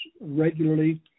regularly